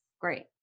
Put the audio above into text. Great